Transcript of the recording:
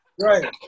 Right